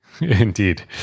Indeed